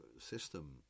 system